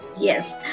Yes